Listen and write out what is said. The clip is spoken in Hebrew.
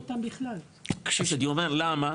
אז אני אומר למה?